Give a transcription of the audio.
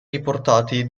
riportati